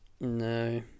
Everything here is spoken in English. no